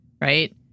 right